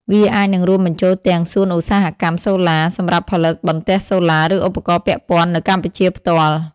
វាអាចនឹងរួមបញ្ចូលទាំង សួនឧស្សាហកម្មសូឡា សម្រាប់ផលិតបន្ទះសូឡា ឬឧបករណ៍ពាក់ព័ន្ធនៅកម្ពុជាផ្ទាល់។